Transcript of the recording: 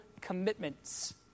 commitments